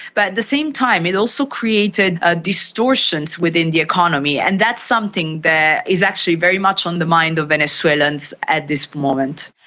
but at the same time it also created ah distortions within the economy, and that's something that is actually very much on the mind of venezuelans at this moment.